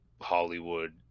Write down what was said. Hollywood